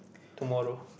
tomorrow